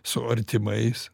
su artimais